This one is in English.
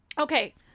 okay